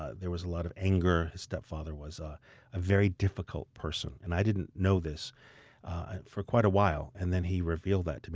ah there was a lot of anger. his stepfather was ah a very difficult person, and i didn't know this for quite a while, and then he revealed that to me.